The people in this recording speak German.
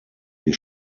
die